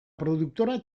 produktora